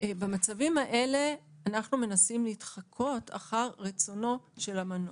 במצבים כאלה אנחנו מנסים להתחקות אחר רצונו של המנוח.